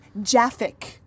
Jaffic